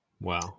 Wow